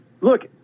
look